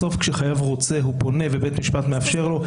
בסוף כשחייב רוצה הוא פונה ובית המשפט יאפשר לו.